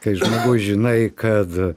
kai žmogus žinai kad